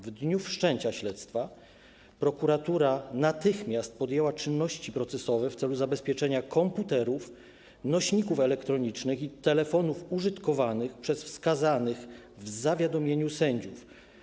W dniu wszczęcia śledztwa prokuratura natychmiast podjęła czynności procesowe w celu zabezpieczenia komputerów, nośników elektronicznych i telefonów użytkowanych przez wskazanych w zawiadomieniu sędziów.